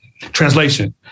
Translation